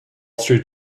street